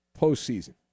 postseason